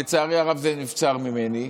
לצערי הרב, זה נבצר ממני,